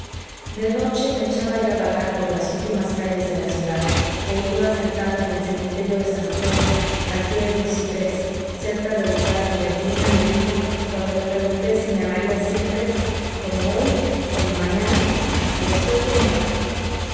de noche me echaba yo a vagar por las últimas calles de la ciudad o iba a sentarme en el cementerio de san antonio al pie de un ciprés cerca del lugar en que angelina me dijo cuando le pregunté si me amaría siempre cómo hoy como mañana hasta después de muerta